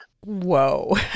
Whoa